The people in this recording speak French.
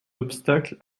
obstacle